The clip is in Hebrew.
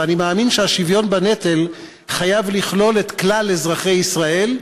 ואני מאמין שהשוויון בנטל חייב לכלול את כלל אזרחי ישראל,